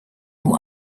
our